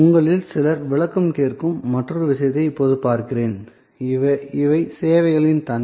உங்களில் சிலர் விளக்கம் கேட்கும் மற்றொரு விஷயத்தை இப்போது பார்க்கிறேன் இவை சேவைகளின் தன்மை